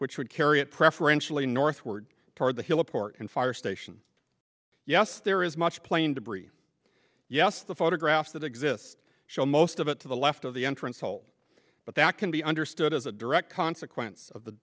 which would carry it preferentially northward toward the hill port and fire station yes there is much plane debris yes the photographs that exist show most of it to the left of the entrance hole but that can be understood as a direct consequence of the